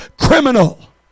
criminal